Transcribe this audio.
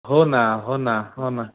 हो ना हो ना हो ना